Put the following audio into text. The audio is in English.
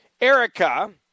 Erica